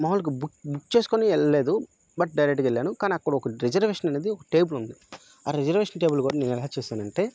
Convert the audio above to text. మామూలుగా book book చేసుకుని వెళ్ళలేదు బట్ డైరెక్గా వెళ్ళాను కానీ అక్కడ ఒక రిజర్వేషన్ అనేది ఒక టేబుల్ ఉంది ఆ రిజర్వేషన్ టేబుల్ కూడా నేను ఎలా చూసానంటే